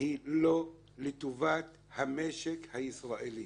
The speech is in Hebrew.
היא לא לטובת המשק הישראלי,